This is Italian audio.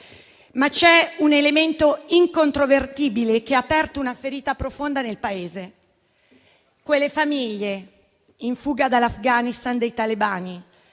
Ma c'è un elemento incontrovertibile che ha aperto una ferita profonda nel Paese: quelle famiglie in fuga dall'Afghanistan dei talebani,